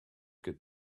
good